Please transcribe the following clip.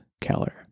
Keller